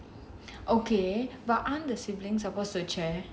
okay but aren't the siblings supposed to share